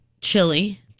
chili